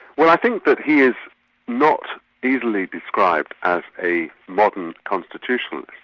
well i think that he is not easily described as a modern constitutionalist.